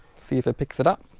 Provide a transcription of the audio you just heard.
see if it picks it up.